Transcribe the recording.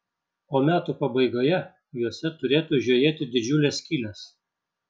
o metų pabaigoje juose turėtų žiojėti didžiulės skylės